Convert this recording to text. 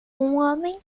homem